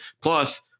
Plus